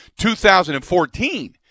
2014